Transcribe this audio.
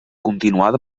continuada